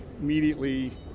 immediately